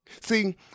See